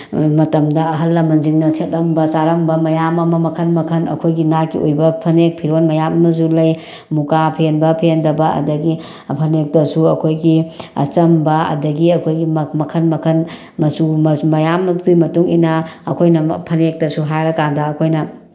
ꯃꯇꯝꯗ ꯑꯍꯜ ꯂꯃꯟꯁꯤꯡꯅ ꯁꯦꯠꯂꯝꯕ ꯆꯥꯔꯝꯕ ꯃꯌꯥꯝ ꯑꯃ ꯃꯈꯟ ꯃꯈꯟ ꯑꯩꯈꯣꯏꯒꯤ ꯅꯥꯠꯀꯤ ꯐꯅꯦꯛ ꯐꯤꯔꯣꯟ ꯃꯌꯥꯝ ꯑꯃꯁꯨ ꯂꯩ ꯃꯨꯀꯥ ꯐꯦꯟꯕ ꯐꯦꯟꯗꯕ ꯑꯗꯒꯤ ꯐꯅꯦꯛꯇꯁꯨ ꯑꯩꯈꯣꯏꯒꯤ ꯑꯆꯝꯕ ꯑꯗꯒꯤ ꯑꯩꯈꯣꯏꯒꯤ ꯃꯈꯟ ꯃꯈꯟ ꯃꯆꯨ ꯃꯌꯥꯝ ꯑꯃꯒꯤ ꯃꯇꯨꯡꯏꯟꯅ ꯑꯩꯈꯣꯏꯅ ꯐꯅꯦꯛꯇꯁꯨ ꯍꯥꯏꯔꯀꯥꯟꯗ ꯑꯩꯈꯣꯏꯅ